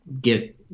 get